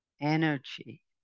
energy